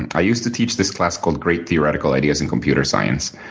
and i used to teach this class called great theoretical ideas in computer science,